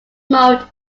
mode